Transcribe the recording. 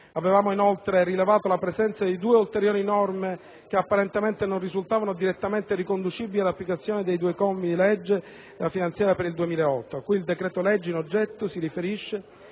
Avevamo inoltre rilevato la presenza di due ulteriori norme che apparentemente non risultavano direttamente riconducibili all'applicazione dei due commi della legge finanziaria per il 2008, a cui il decreto-legge in oggetto si riferisce,